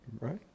right